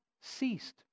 ceased